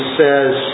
says